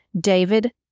David